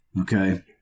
Okay